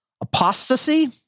apostasy